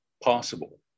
possible